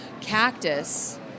cactus